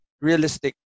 realistic